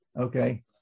Okay